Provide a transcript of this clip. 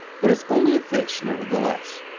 but it's only a fish, nevertheless.